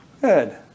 Good